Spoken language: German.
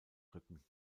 rücken